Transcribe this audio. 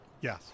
Yes